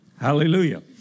Hallelujah